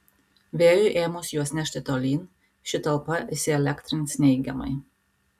vėjui ėmus juos nešti tolyn ši talpa įsielektrins neigiamai